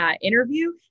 interview